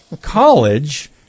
college